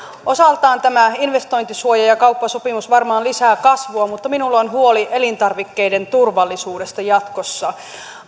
osaltaan tämä investointisuoja ja kauppasopimus varmaan lisää kasvua mutta minulla on huoli elintarvikkeiden turvallisuudesta jatkossa